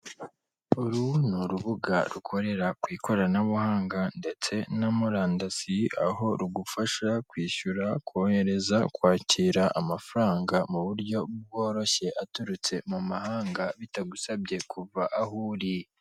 Uru ni urubuga rukorera ku ikoranabuhanga ndetse na murandasi aho rugufasha kwishyura, kohereza, kwakira amafaranga mu buryo bworoshye aturutse mu mahanga bitagusabye kuva aho uri.